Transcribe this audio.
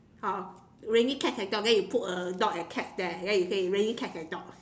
uh raining cats and dogs then you put a dog and cat there then you say raining cats and dogs